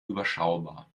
überschaubar